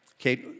okay